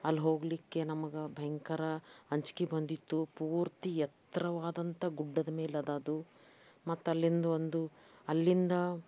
ಅಲ್ಲಿ ಹೋಗಲಿಕ್ಕೆ ನಮ್ಗೆ ಭಯಂಕರ ಅಂಜಿಕೆ ಬಂದಿತ್ತು ಪೂರ್ತಿ ಎತ್ತರವಾದಂಥ ಗುಡ್ಡದ ಮೇಲೆ ಅದ ಅದು ಮತ್ತು ಅಲ್ಲಿಂದ ಒಂದು ಅಲ್ಲಿಂದ